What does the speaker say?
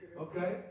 okay